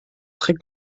très